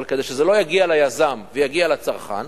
אבל כדי שזה לא יגיע ליזם ויגיע לצרכן,